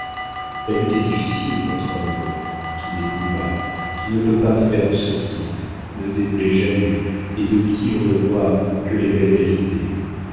la lutte est difficile contre un mort qui n'est plus là qui ne peut pas faire de sottises ne déplaît jamais et de qui l'on ne voit que les belles qualités